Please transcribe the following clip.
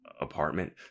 apartment